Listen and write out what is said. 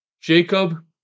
Jacob